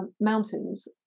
mountains